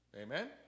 Amen